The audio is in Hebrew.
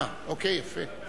אוקיי, יפה.